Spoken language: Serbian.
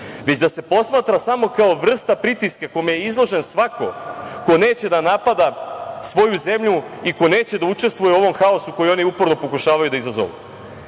već da se posmatra samo kao vrsta pritiska kome je izložen svako ko neće da napada svoju zemlju i ko neće da učestvuje u ovom haosu koji oni uporno pokušavaju da izazovu